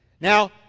Now